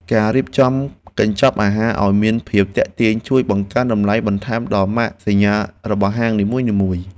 ការរៀបចំកញ្ចប់អាហារឱ្យមានភាពទាក់ទាញជួយបង្កើនតម្លៃបន្ថែមដល់ម៉ាកសញ្ញារបស់ហាងនីមួយៗ។